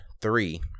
three